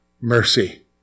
Mercy